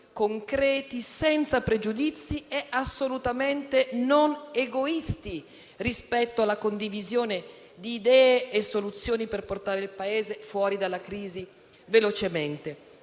concreti, senza pregiudizi e assolutamente non egoisti rispetto alla condivisione di idee e soluzioni per portare il Paese fuori dalla crisi velocemente;